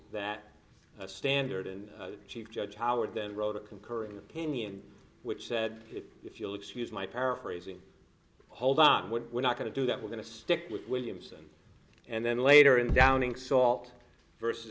that standard and chief judge howard then wrote a concurring opinion which said if you'll excuse my paraphrasing hold on what we're not going to do that we're going to stick with williamson and then later in downing salt versus